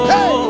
Hey